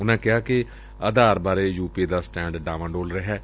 ਉਨਾਂ ਕਿਹਾ ਕਿ ਆਧਾਰ ਬਾਰੇ ਯੂ ਪੀ ਏ ਦਾ ਸਟੈ'ਡ ਡਾਵਾਂ ਡੋਲ ਰਿਹੈ